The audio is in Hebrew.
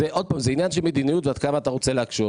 זה עוד פעם זה עניין של מדיניות ועד כמה אתה רוצה להקשות,